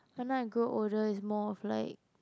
but now I grow older is more of like